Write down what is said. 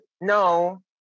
no